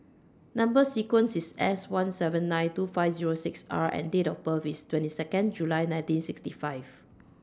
Number sequence IS S one seven nine two five Zero six R and Date of birth IS twenty Second July nineteen sixty five